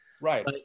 right